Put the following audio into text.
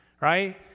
right